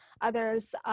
others